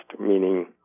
meaning